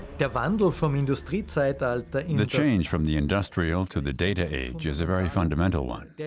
the vandal firm in discrete site alta in the change from the industrial to the data age is a very fundamental one